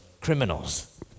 criminals